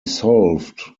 solved